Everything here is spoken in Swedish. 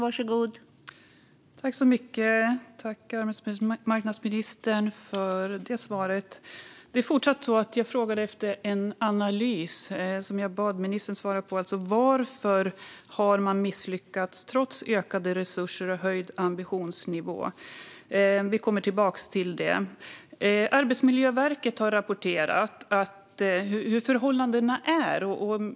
Fru talman! Jag tackar arbetsmarknadsministern för svaret. Jag frågade efter en analys av varför man har misslyckats trots höjd ambitionsnivå och ökade resurser. Jag återkommer till det. Arbetsmiljöverket har rapporterat hur förhållandena är.